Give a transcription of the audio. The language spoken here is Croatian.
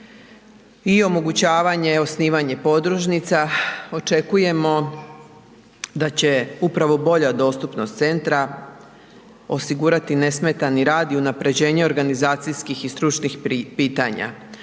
i omogućavanje osnivanja podružnica očekujemo da će upravo bolja dostupnost centra osigurati nesmetani rad i unapređenje organizacijskih i stručnih pitanja.